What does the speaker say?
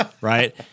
right